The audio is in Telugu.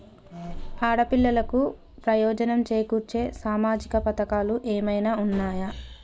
ఆడపిల్లలకు ప్రయోజనం చేకూర్చే సామాజిక పథకాలు ఏమైనా ఉన్నయా?